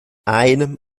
einem